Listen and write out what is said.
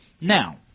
Now